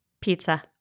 Pizza